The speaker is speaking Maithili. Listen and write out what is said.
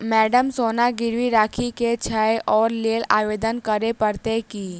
मैडम सोना गिरबी राखि केँ छैय ओई लेल आवेदन करै परतै की?